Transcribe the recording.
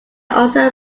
also